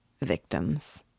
victims